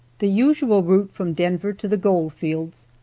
the usual route from denver to the gold fields,